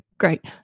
Great